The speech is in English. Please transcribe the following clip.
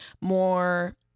more